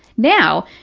now,